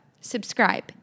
subscribe